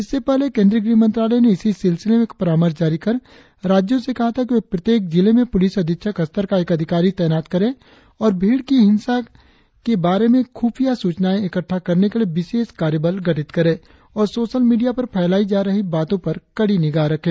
इससे पहले गृह मंत्रालय ने इसी सिलसिले में एक परामर्श जारी कर राज्यों से कहा था कि वे प्रत्येक जिले में पुलिस अधीक्षक स्तर का एक अधिकारी तैनात करें और भीड़ की हिंसा के बारे में खुफिया सूचनाएं इकटठा करने के लिए विशेष कार्य बल गठित करे और सोशल मीडिया पर फैलायी जा रही बातो पर कड़ी निगाह रखे